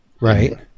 Right